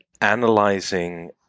analyzing